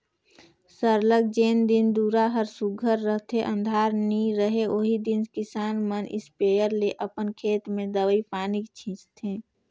सरलग जेन दिन दुरा हर सुग्घर रहथे अंधार नी रहें ओही दिन किसान मन इस्पेयर ले अपन खेत में दवई पानी छींचथें